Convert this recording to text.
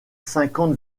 cinquante